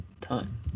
time